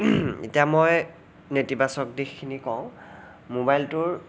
এতিয়া মই নেতিবাচক দিশখিনি কওঁ মোবাইলটোৰ